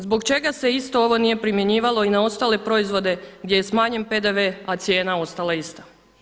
Zbog čega se isto ovo nije primjenjivalo i na ostale proizvode gdje je smanjen PDV, a cijena ostala ista?